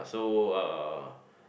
so uh